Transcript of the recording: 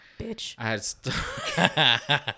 bitch